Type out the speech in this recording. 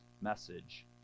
message